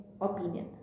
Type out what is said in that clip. opinion